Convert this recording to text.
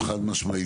חד-משמעית,